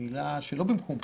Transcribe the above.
היא מילה שאינה במקומה,